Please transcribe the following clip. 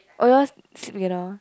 oh you all sleep together ah